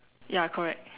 ya correct